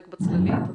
בבקשה.